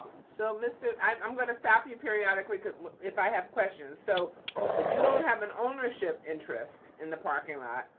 so, mr. i'm gonna stop you periodically if i have questions. so but you don't have an ownership interest in the parking lot,